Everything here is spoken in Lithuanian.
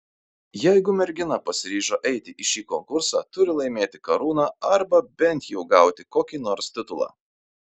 jeigu mergina pasiryžo eiti į šį konkursą turi laimėti karūną arba bent jau gauti kokį nors titulą